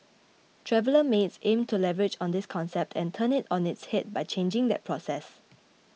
Traveller Mates aims to leverage on this concept and turn it on its head by changing that process